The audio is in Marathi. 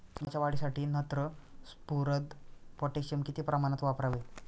गव्हाच्या वाढीसाठी नत्र, स्फुरद, पोटॅश किती प्रमाणात वापरावे?